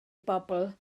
bobl